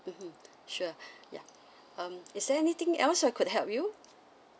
mmhmm sure ya um is there anything else I could help you